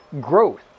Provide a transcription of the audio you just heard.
growth